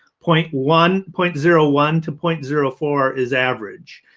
point one point zero one two point zero four is average,